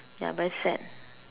ya very sad